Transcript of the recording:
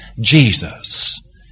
Jesus